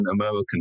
American